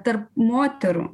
tarp moterų